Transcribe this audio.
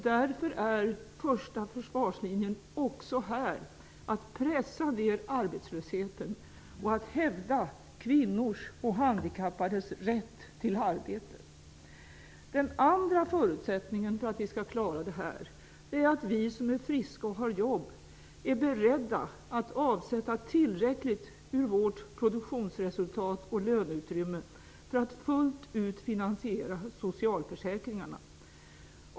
Därför är första försvarslinjen också här att pressa ned arbetslösheten och att hävda kvinnors och handikappades rätt till arbete. Den andra förutsättningen för att vi skall klara detta är att vi som är friska och har jobb är beredda att avsätta tillräckligt ur vårt produktionsresultat och löneutrymme för att fullt ut finansiera socialförsäkringarna.